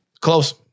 Close